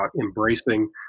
embracing